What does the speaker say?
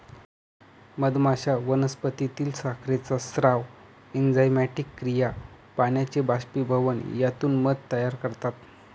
मधमाश्या वनस्पतीतील साखरेचा स्राव, एन्झाइमॅटिक क्रिया, पाण्याचे बाष्पीभवन यातून मध तयार करतात